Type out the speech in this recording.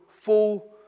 full